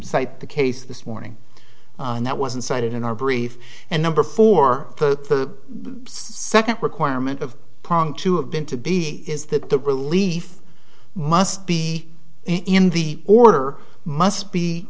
cite the case this morning that wasn't cited in our brief and number four the second requirement of punk to have been to be is that the relief must be in the order must be